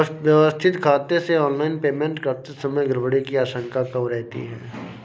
व्यवस्थित खाते से ऑनलाइन पेमेंट करते समय गड़बड़ी की आशंका कम रहती है